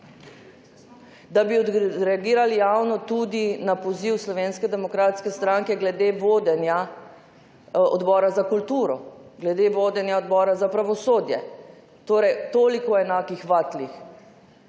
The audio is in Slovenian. Da bi odreagirali javno tudi na poziv Slovenske demokratske stranke glede vodenja Odbora za kulturo, glede vodenja Odbora za pravosodje. Toliko o enakih vatlih,